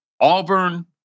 Auburn